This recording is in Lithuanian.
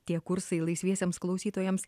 tie kursai laisviesiems klausytojams